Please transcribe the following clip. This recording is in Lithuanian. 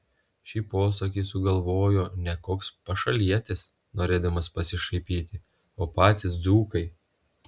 šį posakį sugalvojo ne koks pašalietis norėdamas pasišaipyti o patys dzūkai